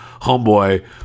homeboy